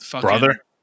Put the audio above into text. brother